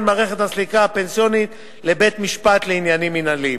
מערכת הסליקה הפנסיונית לבית-משפט לעניינים מינהליים.